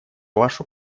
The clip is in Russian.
вашу